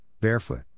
barefoot